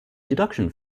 deduction